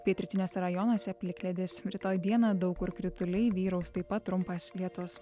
pietrytiniuose rajonuose plikledis rytoj dieną daug kur krituliai vyraus taip pat trumpas lietus